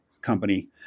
company